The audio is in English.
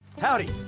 Howdy